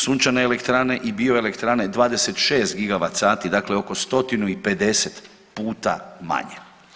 Sunčane elektrane i bioelektrane 26 gigavat sati dakle oko 150 puta manje.